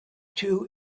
two